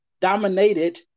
dominated